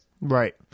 Right